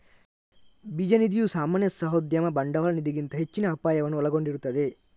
ಬೀಜ ನಿಧಿಯು ಸಾಮಾನ್ಯ ಸಾಹಸೋದ್ಯಮ ಬಂಡವಾಳ ನಿಧಿಗಿಂತ ಹೆಚ್ಚಿನ ಅಪಾಯವನ್ನು ಒಳಗೊಂಡಿರುತ್ತದೆ